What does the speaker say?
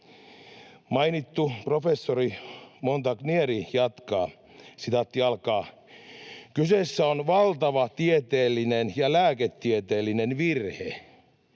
Mainittu professori Montagnier jatkaa: ”Kyseessä on valtava tieteellinen ja lääketieteellinen virhe,